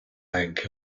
bank